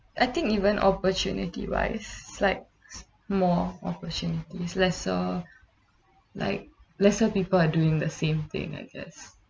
I think even opportunity wise it's like more opportunity lesser like lesser people are doing the same thing I guess